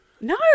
No